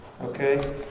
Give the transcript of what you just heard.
Okay